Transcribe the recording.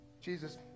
Jesus